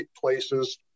places